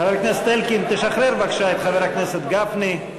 חבר הכנסת אלקין, תשחרר בבקשה את חבר הכנסת גפני.